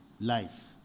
life